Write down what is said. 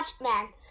Watchman